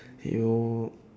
you